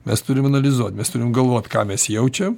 mes turim analizuoti mes turim galvot ką mes jaučiam